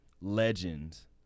legends